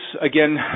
again